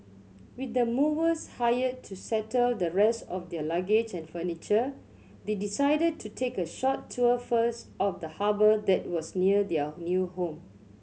with the movers hired to settle the rest of their luggage and furniture they decided to take a short tour first of the harbour that was near their new home